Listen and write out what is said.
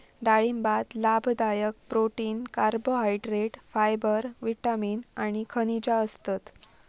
डाळिंबात लाभदायक protein, carbohydrate, fibre, vitamin आणि खनिजा असतत